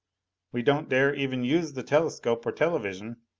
we don't dare even use the telescope or television.